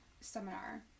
seminar